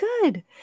good